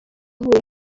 uvuye